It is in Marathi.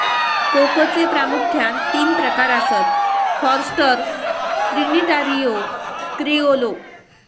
कोकोचे प्रामुख्यान तीन प्रकार आसत, फॉरस्टर, ट्रिनिटारियो, क्रिओलो